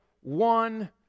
one